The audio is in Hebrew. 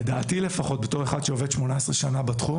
לדעתי בתור אחד שעובד בתחום מזה 18 שנים,